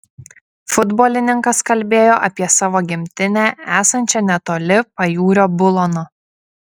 futbolininkas kalbėjo apie savo gimtinę esančią netoli pajūrio bulono